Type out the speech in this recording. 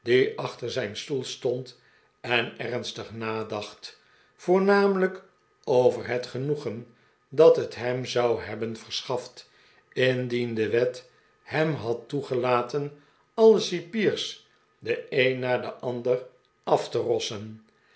achter zijn stoel stond en ernstig nadacht voornamelijk over het genoegen dat het hem zou hebben verschaft indien de wet hem had toegelaten alle cipiers den een na den ander af te rossen